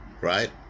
Right